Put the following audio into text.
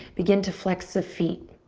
begin to flex the feet.